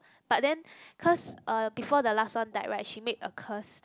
but then cause uh before the last one died right she made a curse